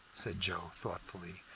said joe, thoughtfully.